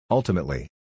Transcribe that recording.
Ultimately